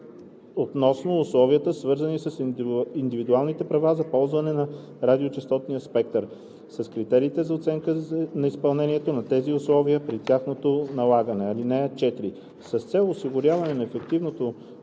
относно условията, свързани с индивидуалните права за ползване на радиочестотен спектър, и критериите за оценка на изпълнението на тези условия преди тяхното налагане. (4) С цел осигуряване на ефективно